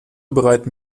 bereiten